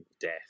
death